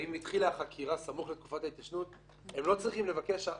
אם התחילה החקירה סמוך לתקופת ההתיישנות הם לא צריכים לבקש,